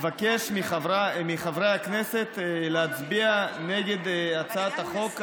אבקש מחברי הכנסת להצביע נגד הצעת החוק הנדונה.